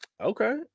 Okay